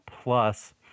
plus